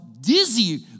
dizzy